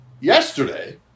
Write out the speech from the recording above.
yesterday